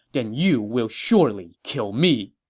then you will surely kill me!